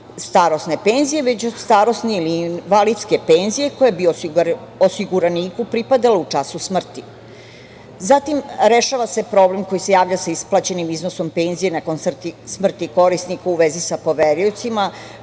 starosne penzije, već od starosne ili invalidske penzije koja bi osiguraniku pripadala u času smrti. Zatim, rešava se problem koji se javlja sa isplaćenim iznosom penzije nakon smrti korisnika u vezi sa poveriocima